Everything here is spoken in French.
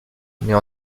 mais